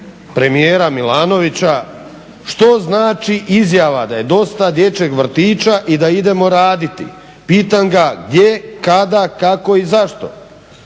premijera Milanovića što znači izjava da je dosta dječjeg vrtića i da idemo raditi. Pitam ga gdje, kada, kako i zašto?